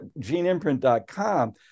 geneimprint.com